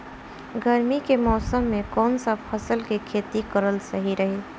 गर्मी के मौषम मे कौन सा फसल के खेती करल सही रही?